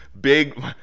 Big